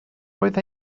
oedd